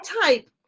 type